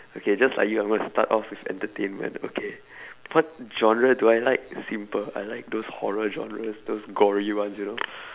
okay just like you I'm going to start off with entertainment okay what genre do I like simple I like those horror genres those gory ones you know